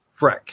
Freck